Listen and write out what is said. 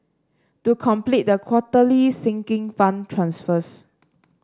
to complete the quarterly Sinking Fund transfers